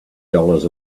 dollars